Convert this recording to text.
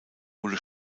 wurde